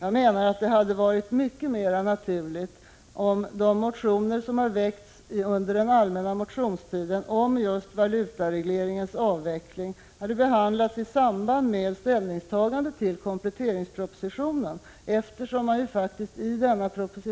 Jag anser att det hade varit mer naturligt om de motioner som väckts under den allmänna motionstiden om valutaregleringens avveckling hade behandlats i samband med ställningstagandet till kompletteringspropositionen, eftersom man där faktiskt